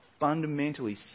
fundamentally